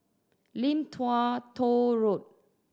Lim Tua Tow Road